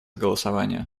голосования